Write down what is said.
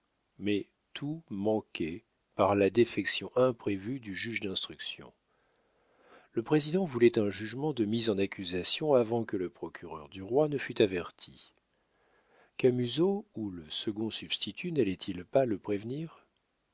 mais tout manquait par la défection imprévue du juge d'instruction le président voulait un jugement de mise en accusation avant que le procureur du roi ne fût averti camusot ou le second substitut nallaient ils pas le prévenir